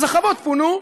אז החוות פונו.